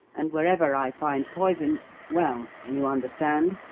and wherever i find poison well, you understand?